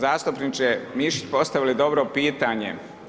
zastupniče Mišić postavili dobro pitanje.